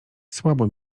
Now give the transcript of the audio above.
słabo